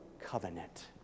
covenant